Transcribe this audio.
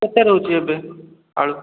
କେତେ ରହୁଛି ଏବେ ଆଳୁ